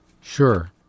Sure